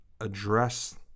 Address